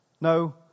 no